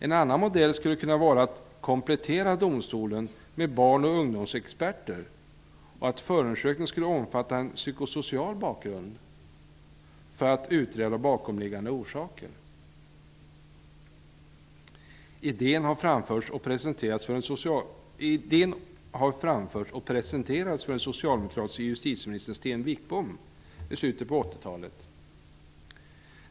En annan modell skulle kunna vara att komplettera domstolen med barn och ungdomsexperter och att förundersökningen skulle omfatta en psykosocial bakgrund, för att utreda bakomliggande orsaker. Idén har framförts och presenterats för den socialdemokratiske justitieministern Sten Wickbom i slutet på 80-talet.